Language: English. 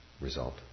result